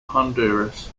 honduras